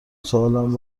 سوالم